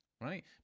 right